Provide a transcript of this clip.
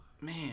Man